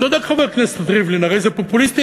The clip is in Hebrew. צודק חבר הכנסת ריבלין הרי זה פופוליסטי